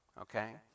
Okay